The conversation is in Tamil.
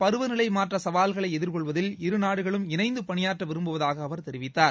பருவநிலை மாற்ற சவால்களை எதிர்கொள்வதில் இரு நாடுகளும் ஒத்தழைக்க விரும்புவதாக அவர் தெரிவித்தார்